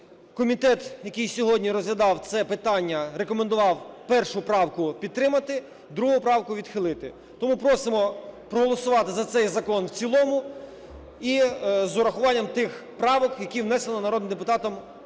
Комітет, який сьогодні розглядав це питання, рекомендував першу правку підтримати, другу правку відхилити. Тому просимо проголосувати за цей закон в цілому і з урахуванням тих правок, які внесено народним депутатом